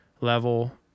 level